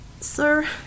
Sir